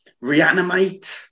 reanimate